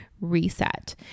reset